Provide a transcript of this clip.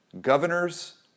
governors